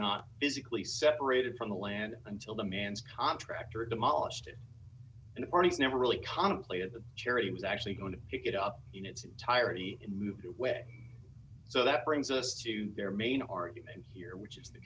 not physically separated from the land until the man's contractor demolished it and never really contemplated the charity was actually going to pick it up in its entirety and moved away so that brings us to their main argument here which is the